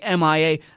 MIA